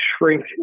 shrink